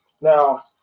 Now